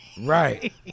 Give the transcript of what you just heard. Right